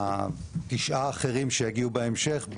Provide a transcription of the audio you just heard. שהתשעה האחרים שיגיעו בהמשך,